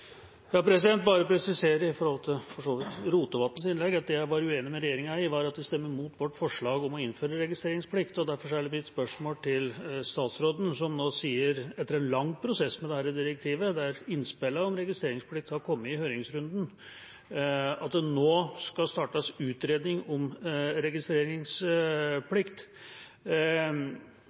i tilknytning til Rotevatns innlegg – at der jeg var uenig med regjeringspartiene, var når de stemmer mot vårt forslag om å innføre registreringsplikt. Derfor er dette mitt spørsmål til statsråden, som nå sier – etter en lang prosess med dette direktivet, der innspillene om registreringsplikt har kommet i høringsrunden – at det skal startes utredning om registreringsplikt: